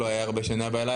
עודד